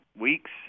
weeks